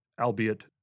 albeit